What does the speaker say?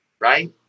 right